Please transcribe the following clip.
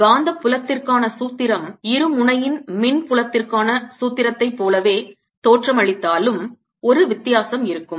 எனவே காந்தப் புலத்திற்கான சூத்திரம் இருமுனையின் மின் புலத்திற்கான சூத்திரத்தைப் போலவே தோற்றமளித்தாலும் ஒரு வித்தியாசம் இருக்கும்